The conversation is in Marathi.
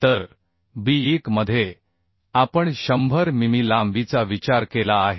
तर b1 मध्ये आपण 100 मिमी लांबीचा विचार केला आहे